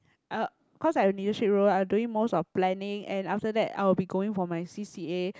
uh cause I in leadership role I doing most of planning and after that I'll be going for my C_C_A